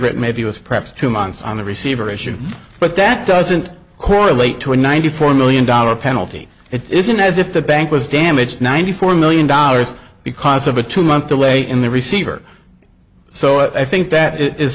bit maybe it was perhaps two months on the receiver issue but that doesn't correlate to a ninety four million dollar penalty it isn't as if the bank was damaged ninety four million dollars because of a two month delay in the receiver so i think that it is